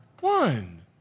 one